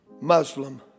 Muslim